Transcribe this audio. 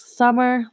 summer